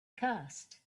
cast